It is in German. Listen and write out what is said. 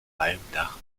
walmdach